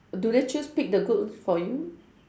do they just pick the good for you